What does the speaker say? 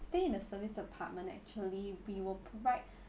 stay in the service apartment actually we will provide